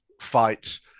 fights